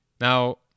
Now